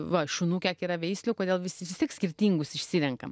va šunų kiek yra veislių kodėl visi vis tiek skirtingus išsirenkam